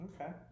Okay